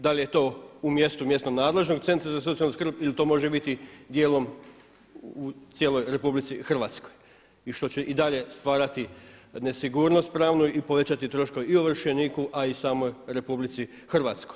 Da li je to u mjestu mjesnom nadležnog centra za socijalnu skrb ili to može biti dijelom u cijeloj RH što ćei dalje stvarati nesigurnost pravnu i povećati troškove i ovršeniku, a i samoj RH.